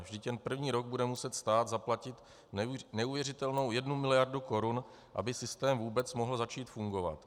Vždyť jen první rok bude muset stát zaplatit neuvěřitelnou jednu miliardu korun, aby systém vůbec mohl začít fungovat.